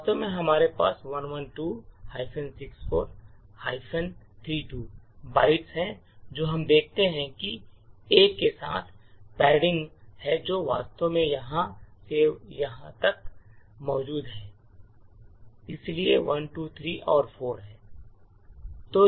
वास्तव में हमारे पास 112 64 32 बाइट्स हैं जो हम देखते हैं कि ए के साथ पैडिंग है जो वास्तव में यहां से यहां तक मौजूद है इसलिए 1 2 3 और 4 हैं